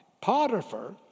Potiphar